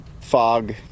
fog